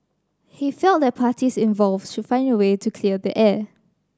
he felt that the parties involved should find a way to clear the air